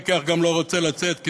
גם הפיקח לא רוצה לצאת,